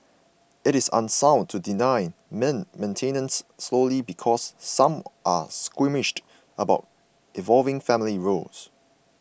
it is unsound to deny men maintenance solely because some are squeamish about evolving family roles